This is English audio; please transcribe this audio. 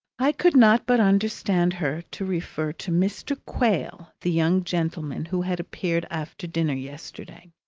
i could not but understand her to refer to mr. quale, the young gentleman who had appeared after dinner yesterday.